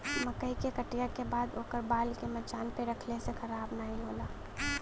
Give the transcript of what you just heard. मकई के कटिया के बाद ओकर बाल के मचान पे रखले से खराब नाहीं होला